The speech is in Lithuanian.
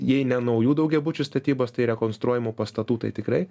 jei ne naujų daugiabučių statybos tai rekonstruojamų pastatų tai tikrai